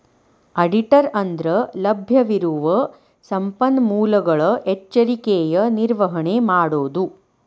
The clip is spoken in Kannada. ಆಡಿಟರ ಅಂದ್ರಲಭ್ಯವಿರುವ ಸಂಪನ್ಮೂಲಗಳ ಎಚ್ಚರಿಕೆಯ ನಿರ್ವಹಣೆ ಮಾಡೊದು